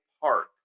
Park